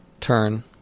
turn